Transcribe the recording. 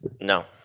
No